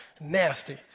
nasty